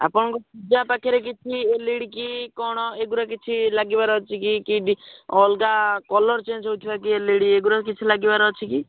ଆପଣଙ୍କ ପୂଜା ପାଖରେ କିଛି ଏଲ୍ ଇ ଡ଼ି କି କ'ଣ ଏଗୁଡ଼ା କିଛି ଲାଗିବାର ଅଛି କି କି ଅଲଗା କଲର୍ ଚେଞ୍ଜ୍ ହେଉଥିବା ଏଲ୍ ଇ ଡ଼ି ଏଗୁଡ଼ା କିଛି ଲାଗିବାର ଅଛି କି